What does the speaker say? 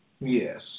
Yes